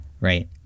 right